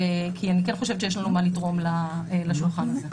כי אני כן חושבת שיש לנו מה לתרום לשולחן הזה.